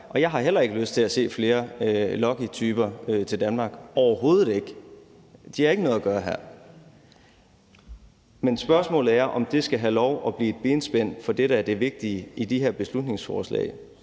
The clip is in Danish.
er. Jeg har heller ikke lyst til at se flere Luckytyper komme til Danmark, overhovedet ikke. De har ikke noget at gøre her. Men spørgsmålet er, om det skal have lov at blive et benspænd for det, der er det vigtige i de her beslutningsforslag,